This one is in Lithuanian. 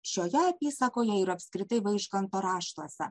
šioje apysakoje ir apskritai vaižganto raštuose